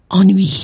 Ennui